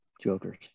jokers